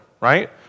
right